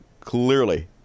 Clearly